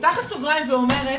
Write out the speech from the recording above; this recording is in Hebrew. אני פותחת סוגריים ואומרת,